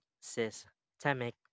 systemic